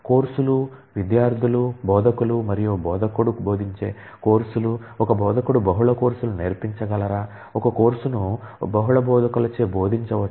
కోర్సులు విద్యార్థులు బోధకులు మరియు బోధకుడు బోధించే కోర్సులు ఒక బోధకుడు బహుళ కోర్సులు నేర్పించగలరా ఒక కోర్సును బహుళ బోధకులచే బోధించవచ్చా